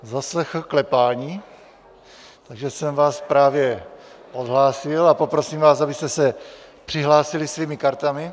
Zaslechl jsem klepání, takže jsem vás právě odhlásil a poprosím vás, abyste přihlásili svými kartami.